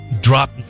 drop